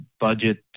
budget